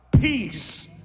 peace